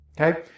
Okay